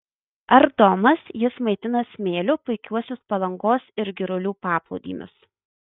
ardomas jis maitina smėliu puikiuosius palangos ir girulių paplūdimius